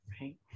right